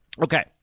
Okay